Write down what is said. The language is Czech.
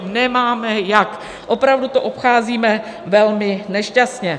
Nemáme jak, opravdu to obcházíme velmi nešťastně.